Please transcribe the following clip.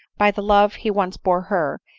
by the love he once bore her,